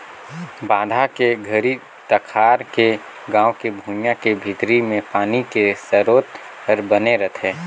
बांधा के घरी तखार के गाँव के भुइंया के भीतरी मे पानी के सरोत हर बने रहथे